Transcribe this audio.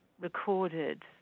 recorded